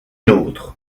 l’autre